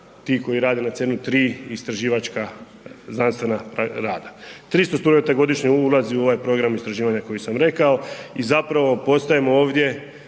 ti koji rade na CERN-u, 3 istraživačka znanstvena rada. 300 studenata godišnje ulazi u ovaj program istraživanja koji sam rekao i zapravo postajemo ovdje